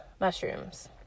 mushrooms